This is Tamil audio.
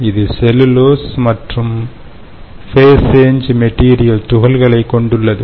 இது செல்லுலோஸ் மற்றும் ஃபேஸ் சேஞ் மெட்டீரியல் துகள்களைக் கொண்டுள்ளது